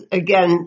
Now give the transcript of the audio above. again